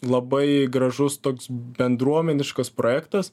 labai gražus toks bendruomeniškas projektas